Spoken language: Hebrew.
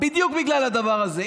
בדיוק בגלל הדבר הזה.